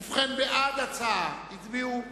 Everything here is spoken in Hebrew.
ובכן, בעד ההצעה הצביעו 38,